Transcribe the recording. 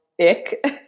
ick